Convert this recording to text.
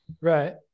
Right